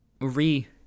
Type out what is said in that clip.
re